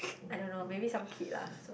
I don't know maybe some kid lah so